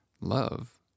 love